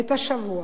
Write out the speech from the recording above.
את השבוע?